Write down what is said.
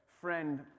friend